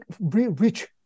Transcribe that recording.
rich